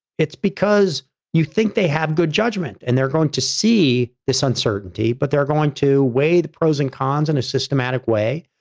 it's because you think they have good judgment and they're going to see this uncertainty, but they're going to weigh the pros and cons in a systematic way.